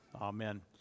Amen